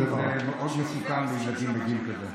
קרוטונים זה מאוד מסוכן לילדים בגיל כזה.